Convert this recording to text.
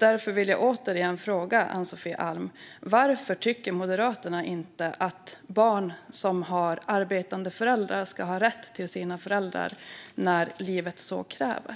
Därför vill jag återigen fråga Ann-Sofie Alm: Varför tycker Moderaterna inte att barn som har arbetande föräldrar ska ha rätt till sina föräldrar när livet så kräver?